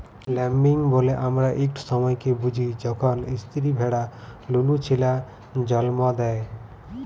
lambing ব্যলে আমরা ইকট সময়কে বুঝি যখল ইস্তিরি ভেড়া লুলু ছিলা জল্ম দেয়